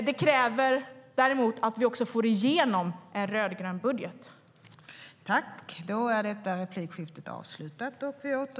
Det kräver däremot att vi får igenom en rödgrön budget.